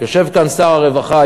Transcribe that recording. יושב כאן שר הרווחה,